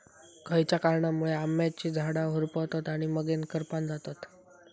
खयच्या कारणांमुळे आम्याची झाडा होरपळतत आणि मगेन करपान जातत?